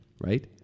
right